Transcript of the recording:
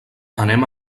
anem